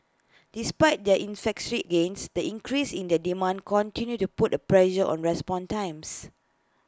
despite their efficiency gains the increases in the demand continue to put A pressure on respond times